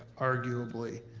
arguably.